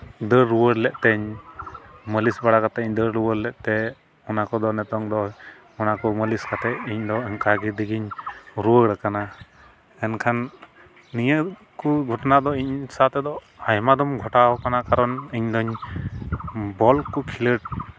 ᱫᱟᱹᱲ ᱨᱩᱣᱟᱹᱲ ᱞᱮᱫ ᱛᱤᱧ ᱢᱟᱹᱞᱤᱥ ᱵᱟᱲᱟ ᱠᱟᱛᱮᱧ ᱫᱟᱹᱲ ᱨᱩᱣᱟᱹᱲ ᱞᱮᱫᱛᱮ ᱚᱱᱟ ᱠᱚᱫᱚ ᱱᱤᱛᱳᱝ ᱫᱚ ᱚᱱᱟᱠᱚ ᱢᱟᱹᱞᱤᱥ ᱠᱟᱛᱮᱫ ᱤᱧᱫᱚ ᱚᱱᱠᱟ ᱛᱮᱜᱤᱧ ᱨᱩᱣᱟᱹᱲᱟᱠᱟᱱᱟ ᱮᱱᱠᱷᱟᱱ ᱱᱤᱭᱟᱹ ᱠᱚ ᱜᱷᱚᱴᱚᱱᱟ ᱫᱚ ᱤᱧ ᱥᱟᱶ ᱛᱮᱫᱚ ᱟᱭᱢᱟ ᱫᱚᱢ ᱜᱷᱚᱴᱟᱣ ᱠᱟᱱᱟ ᱠᱟᱨᱚᱱ ᱤᱧ ᱫᱩᱧ ᱵᱚᱞ ᱠᱚ ᱠᱷᱮᱞᱳᱰ